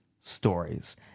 stories